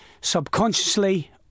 subconsciously